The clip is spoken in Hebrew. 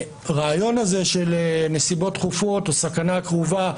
שהרעיון הזה של נסיבות דחופות או סכנה דחופה,